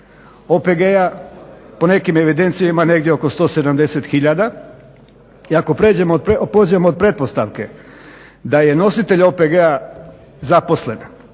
OPG-a po nekim evidencijama ima negdje oko 170 hiljada i ako pođemo od pretpostavke da je nositelj OPG-a zaposlen